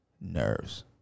nerves